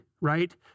right